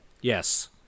Yes